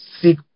seek